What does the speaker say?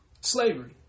Slavery